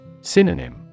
Synonym